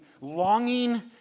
longing